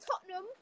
Tottenham